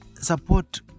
support